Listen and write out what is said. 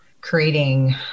creating